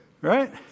Right